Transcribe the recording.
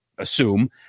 assume